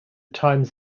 times